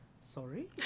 sorry